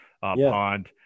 pond